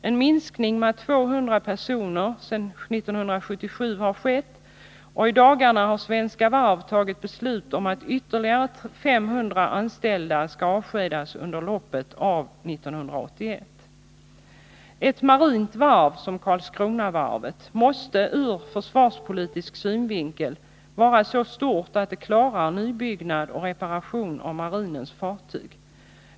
En minskning med 200 personer har skett sedan 1977, och i dagarna har Svenska Varv tagit beslut om att ytterligare 500 anställda skall avskedas under loppet av 1981. Ett marint varv som Karlskronavarvet måste ur försvarspolitisk synvinkel vara så stort att det klarar nybyggnad och reparation av marinens fartyg.